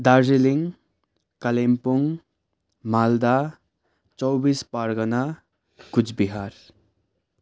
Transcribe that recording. Darjeeling Kalimpong Malda Chaubis Pargana Cooch Behar